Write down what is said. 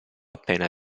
appena